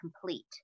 complete